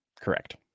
correct